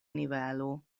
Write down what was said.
nivelo